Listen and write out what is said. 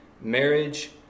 marriage